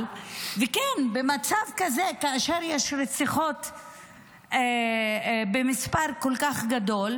וכן, במצב כזה, כאשר יש רציחות במספר כל כך גבוה,